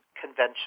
conventional